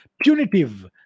punitive